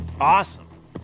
awesome